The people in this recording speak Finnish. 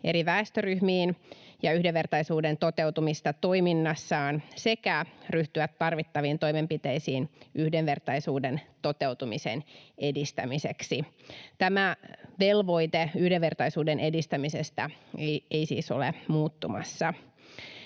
eri väestöryhmiin ja yhdenvertaisuuden toteutumista toiminnassaan sekä ryhtyä tarvittaviin toimenpiteisiin yhdenvertaisuuden toteutumisen edistämiseksi. Tämä velvoite yhdenvertaisuuden edistämisestä ei siis ole muuttumassa.